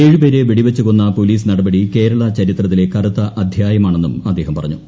ഏഴുപേരെ വെടിവച്ചു കൊന്ന പോലീസ് നടപടി കേരള ചരിത്രത്തിലെ കറുത്ത അദ്ധ്യായമാണെന്നും അദ്ദേഹം പറഞ്ഞു